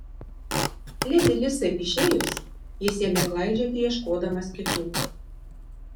ledi lisai išėjus jis ėmė klaidžioti ieškodamas kitų